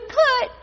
put